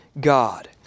God